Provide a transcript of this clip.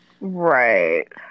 right